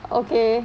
okay